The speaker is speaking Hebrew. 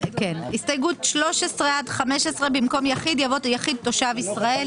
הסתייגות מספר 13 עד 15. במקום "יחיד" יבוא "יחיד תושב ישראל",